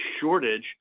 shortage